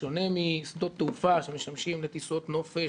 בשונה משדות תעופה שמשמשים לטיסות נופש,